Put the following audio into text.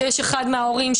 שאחד מההורים,